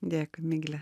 dėkui migle